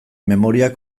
memoria